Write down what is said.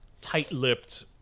tight-lipped